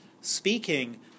speaking